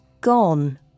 Gone